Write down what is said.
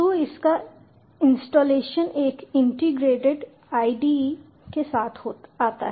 तो इसका इंस्टॉलेशन एक इंटीग्रेटेड IDE के साथ आता है